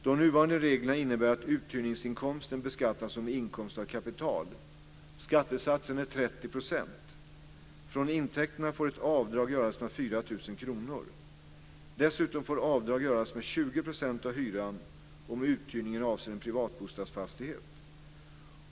De nuvarande reglerna innebär att uthyrningsinkomsten beskattas som inkomst av kapital. Skattesatsen är 30 %. Från intäkterna får ett avdrag göras med 4 000 kr. Dessutom får avdrag göras med 20 % av hyran om uthyrningen avser en privatbostadsfastighet.